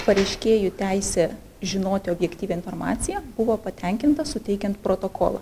pareiškėjų teisė žinoti objektyvią informaciją buvo patenkinta suteikiant protokolą